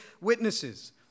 witnesses